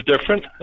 different